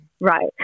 right